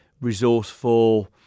resourceful